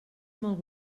molt